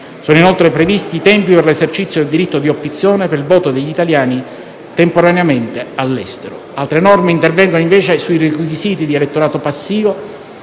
Sono, inoltre, previsti i tempi per l'esercizio del diritto di opzione per il voto degli italiani temporaneamente all'estero. Altre norme intervengono, invece, sui requisiti di elettorato passivo